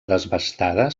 desbastada